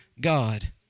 God